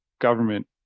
government